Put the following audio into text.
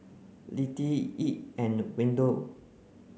Lettie Edd and Wendel